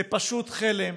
זה פשוט חלם,